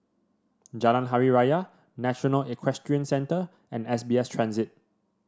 Jalan Hari Raya National Equestrian Centre and S B S Transit